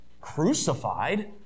crucified